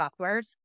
softwares